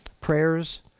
Prayers